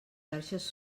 xarxes